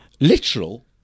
literal